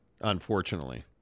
unfortunately